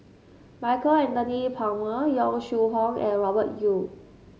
Michael Anthony Palmer Yong Shu Hoong and Robert Yeo